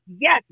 yes